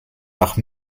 nach